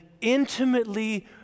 intimately